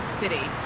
city